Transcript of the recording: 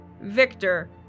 Victor